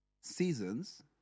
seasons